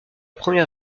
première